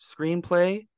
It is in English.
screenplay